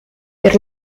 per